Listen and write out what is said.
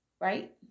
right